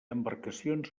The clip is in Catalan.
embarcacions